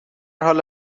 حال